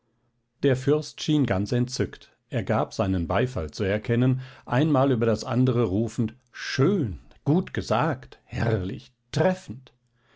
der fürst schien ganz entzückt er gab seinen beifall zu erkennen ein mal über das andere rufend schön gut gesagt herrlich treffend